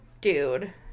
dude